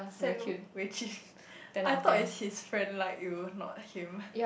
send Wei-Jun I thought it's his friend like you not him